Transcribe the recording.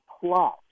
plus